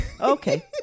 Okay